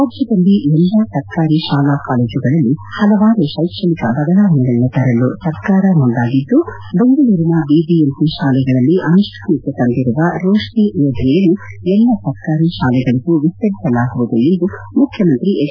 ರಾಜ್ಞದಲ್ಲಿ ಎಲ್ಲಾ ಸರ್ಕಾರಿ ಶಾಲಾ ಕಾಲೇಜುಗಳಲ್ಲಿ ಹಲವಾರು ಶೈಕ್ಷಣಿಕ ಬದಲಾವಣೆ ತರಲು ಸರ್ಕಾರ ಮುಂದಾಗಿದ್ದು ಬೆಂಗಳೂರಿನ ಬಿಬಿಎಂಬಿ ಶಾಲೆಗಳಲ್ಲಿ ಅನುಷ್ಠಾನಕ್ಕೆ ತಂದಿರುವ ರೋತ್ನಿ ಯೋಜನೆಯನ್ನು ಎಲ್ಲಾ ಸರ್ಕಾರಿ ಶಾಲೆಗಳಗೂ ವಿಸ್ತರಿಸಲಾಗುವುದು ಎಂದು ಮುಖ್ಯಮಂತ್ರಿ ಎಚ್